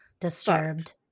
disturbed